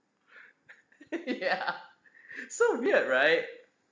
ya so weird right